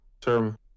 term